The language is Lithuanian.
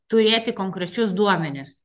turėti konkrečius duomenis